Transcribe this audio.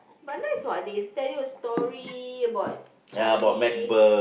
but nice what they tell you a story about Charlie